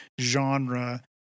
genre